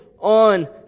on